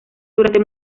durante